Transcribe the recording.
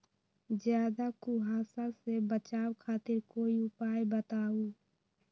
ज्यादा कुहासा से बचाव खातिर कोई उपाय बताऊ?